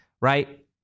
right